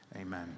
amen